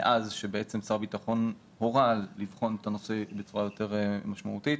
מאז שר הביטחון הורה לבחון את הנושא בצורה יותר משמעותית.